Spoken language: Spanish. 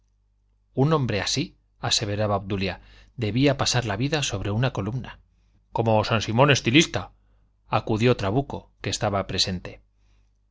un hombre así aseveraba obdulia debía pasar la vida sobre una columna como san simón estilista acudió trabuco que estaba presente